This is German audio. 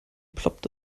ploppt